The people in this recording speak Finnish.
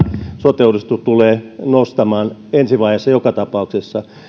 sote uudistus tulee nostamaan ensi vaiheessa joka tapauksessa eli